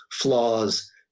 flaws